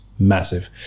massive